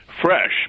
Fresh